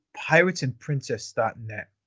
piratesandprincess.net